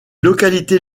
localités